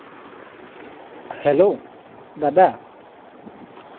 hello দাদা